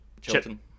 Chilton